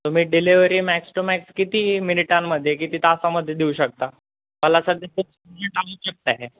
तुम्ही delivery max to max किती मिनिटांमध्ये किती तासामध्येे देऊ शकता मला सध खूप अजट आवूश्यकता आहे